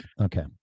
Okay